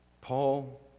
Paul